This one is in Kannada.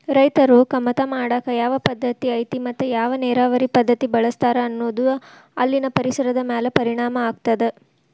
ರೈತರು ಕಮತಾ ಮಾಡಾಕ ಯಾವ ಪದ್ದತಿ ಐತಿ ಮತ್ತ ಯಾವ ನೇರಾವರಿ ಪದ್ಧತಿ ಬಳಸ್ತಾರ ಅನ್ನೋದು ಅಲ್ಲಿನ ಪರಿಸರದ ಮ್ಯಾಲ ಪರಿಣಾಮ ಆಗ್ತದ